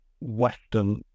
Western